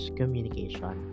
communication